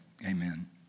amen